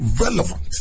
relevant